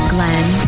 Glenn